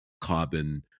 carbon